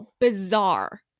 bizarre